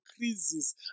increases